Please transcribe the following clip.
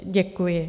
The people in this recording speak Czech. Děkuji.